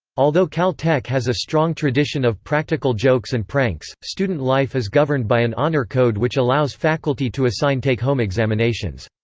although caltech has a strong tradition of practical jokes and pranks, student life is governed by an honor code which allows faculty to assign take-home examinations.